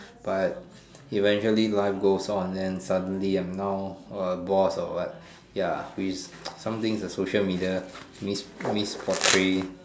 but eventually life goes on and suddenly I'm now a boss or what ya which somethings social media mis mis portray